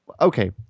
okay